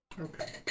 Okay